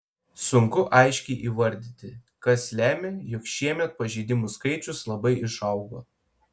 sunku aiškiai įvardyti kas lemia jog šiemet pažeidimų skaičius labai išaugo